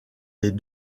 les